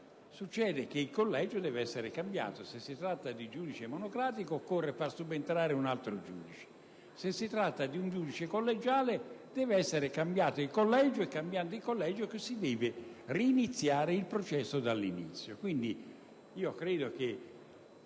Succede che il collegio deve essere cambiato. Se si tratta di un giudice monocratico, occorre far subentrare un altro giudice; se si tratta di un giudice collegiale, deve essere cambiato il collegio e, in tal modo, si deve ricominciare il processo dall'inizio.